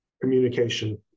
communication